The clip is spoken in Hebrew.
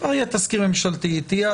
במפורש כתוב בחוק בהקשר הזה שהתפקיד שלו